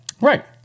Right